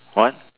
what